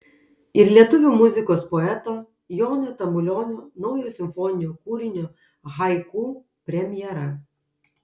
ir lietuvių muzikos poeto jono tamulionio naujo simfoninio kūrinio haiku premjera